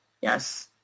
Yes